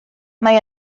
mae